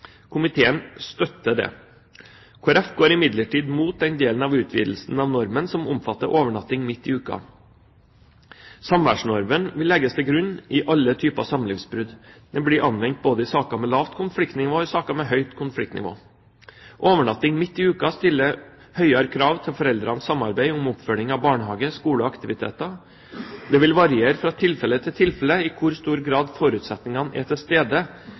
Komiteen støtter dette. Kristelig Folkeparti går imidlertid mot den delen av utvidelse av normen som omfatter overnatting midt i uken. Samværsnormen vil legges til grunn i alle typer samlivsbrudd. Den blir anvendt i både saker med lavt konfliktnivå og i saker med høyt konfliktnivå. Overnatting midt i uken stiller høyere krav til foreldrenes samarbeid om oppfølging av barnehage, skole og aktiviteter. Det vil variere fra tilfelle til tilfelle i hvor stor grad forutsetningene er til stede